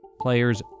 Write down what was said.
Players